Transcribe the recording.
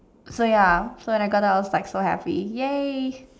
so ya so when I got out I was like so happy ya